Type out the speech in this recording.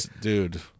dude